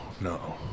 no